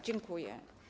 Dziękuję.